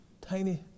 tiny